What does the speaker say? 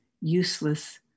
useless